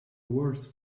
worse